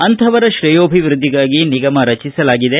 ಅಂಥವರ ಶ್ರೇಯೋಭವೃದ್ದಿಗಾಗಿ ನಿಗಮ ರಚಿಸಲಾಗಿದೆ